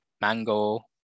mango